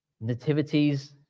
nativities